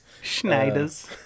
Schneider's